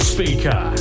Speaker